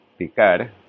Picar